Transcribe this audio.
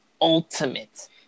ultimate